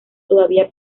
todavía